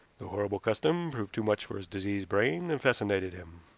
the horrible custom proved too much for his diseased brain, and fascinated him.